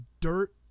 dirt